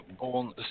born